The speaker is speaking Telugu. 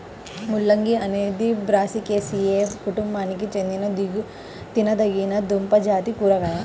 ముల్లంగి అనేది బ్రాసికాసియే కుటుంబానికి చెందిన తినదగిన దుంపజాతి కూరగాయ